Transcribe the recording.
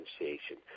differentiation